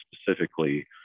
specifically